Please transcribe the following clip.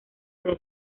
había